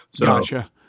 Gotcha